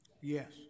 yes